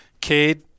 Cade